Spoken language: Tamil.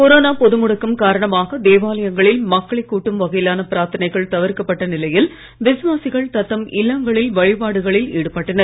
கொரோனா பொது முடக்கம் காரணமாக தேவாலயங்களில் மக்களை கூட்டும் வகையிலான பிரார்த்தனைகள் தவிர்க்கப்பட்ட நிலையில் விஸ்வாசிகள் தத்தம் இல்லங்களில் வழிபாடுகளில் ஈடுபட்டனர்